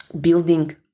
building